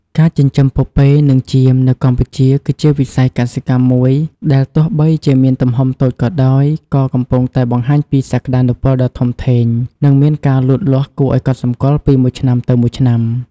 ការចិញ្ចឹមពពែនិងចៀមនៅកម្ពុជាគឺជាវិស័យកសិកម្មមួយដែលទោះបីជាមានទំហំតូចក៏ដោយ ក៏កំពុងតែបង្ហាញពីសក្តានុពលដ៏ធំធេងនិងមានការលូតលាស់គួរឱ្យកត់សម្គាល់ពីមួយឆ្នាំទៅមួយឆ្នាំ។